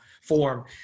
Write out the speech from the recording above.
form